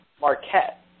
Marquette